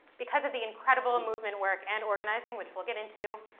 because of the incredible movement work and organizing, which we'll get into.